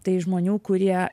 tai žmonių kurie